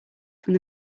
from